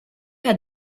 had